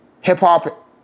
hip-hop